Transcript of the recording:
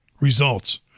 Results